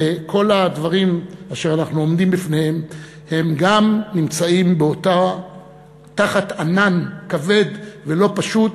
וכל הדברים שאנחנו עומדים בפניהם גם נמצאים תחת ענן כבד ולא פשוט